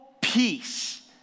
peace